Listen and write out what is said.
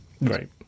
right